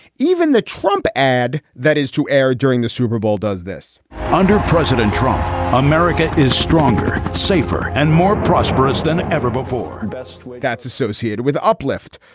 even the trump ad that is to air during the super bowl does this under president trump america is stronger, safer and more prosperous than ever before and best that's associated with uplift.